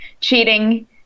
cheating